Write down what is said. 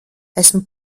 esmu